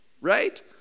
right